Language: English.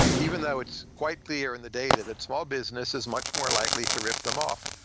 even though it's quite clear in the data that small business is much more likely to rip them off.